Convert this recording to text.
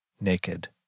naked